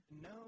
No